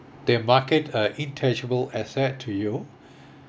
they market uh intangible asset to you